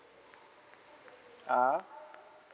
ah